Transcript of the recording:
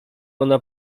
ona